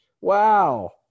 Wow